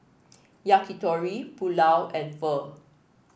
Yakitori Pulao and Pho